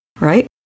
Right